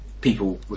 People